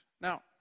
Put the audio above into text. Now